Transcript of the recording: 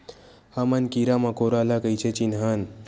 हमन कीरा मकोरा ला कइसे चिन्हन?